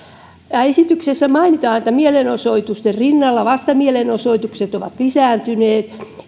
esityksessä mainitaan että mielenosoitusten rinnalla vastamielenosoitukset ovat lisääntyneet